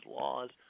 laws